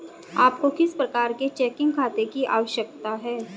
आपको किस प्रकार के चेकिंग खाते की आवश्यकता है?